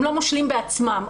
הם לא מושלים בעצמם.